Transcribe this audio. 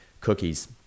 cookies